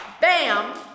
bam